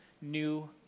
new